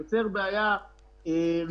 הוא יוצר בעיה ראשונה,